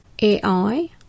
AI